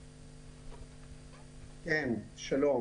שלום.